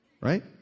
Right